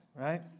right